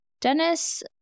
Dennis